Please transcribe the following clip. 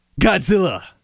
Godzilla